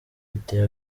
biteye